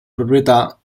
proprietà